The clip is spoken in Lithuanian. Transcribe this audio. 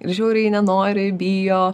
žiauriai nenori bijo